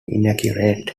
inaccurate